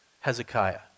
Hezekiah